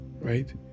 right